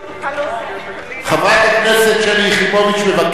אף-על-פי שברור לי כשמש שאכן הוא טעה,